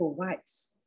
provides